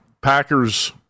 Packers